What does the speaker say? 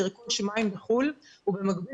ישראל תאלץ לרכוש מים בחוץ לארץ ובמקביל